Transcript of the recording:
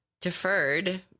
deferred